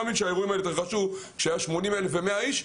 שהאירועים האלה התרחשו כשהיו 80,000-100,000 אנשים.